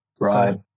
Right